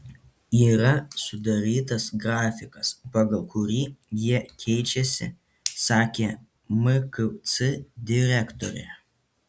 yra sudarytas grafikas pagal kurį jie keičiasi sakė mkc direktorė